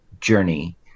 journey